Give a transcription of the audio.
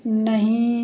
नहीं